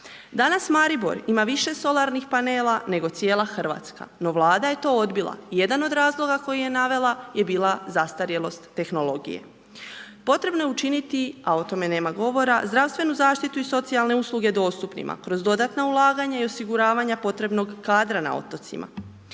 Danas Maribor ima više solarnih panela nego cijela RH. No Vlada je to odbila. Jedan od razloga koji je navela je bila zastarjelost tehnologije. Potrebno je učiniti, a o tome nema govora, zdravstvenu zaštitu i socijalne usluge dostupnima, kroz dodatna ulaganja i osiguravanja potrebnog kadra na otocima.